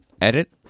edit